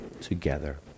together